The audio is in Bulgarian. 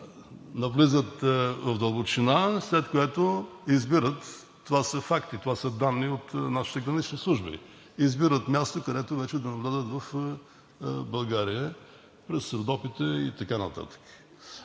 навлизат в дълбочина, след което избират – това са факти и данни от нашите гранични служби – място, където вече да влязат в България – през Родопите и така нататък.